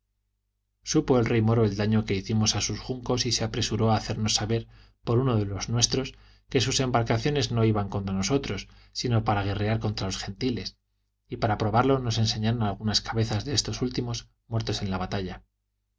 supo el rey moro el daño que hicimos a sus juncos y se apresuró a hacernos saber por uno de los nuestros que sus embarcaciones no iban contra nosotros sino para guerrear contra los gentiles y para probarlo nos enseñaron algunas cabezas de éstos últimos muertos en la batalla